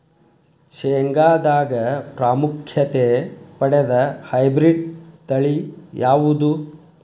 ಶೇಂಗಾದಾಗ ಪ್ರಾಮುಖ್ಯತೆ ಪಡೆದ ಹೈಬ್ರಿಡ್ ತಳಿ ಯಾವುದು?